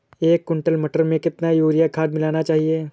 एक कुंटल मटर में कितना यूरिया खाद मिलाना चाहिए?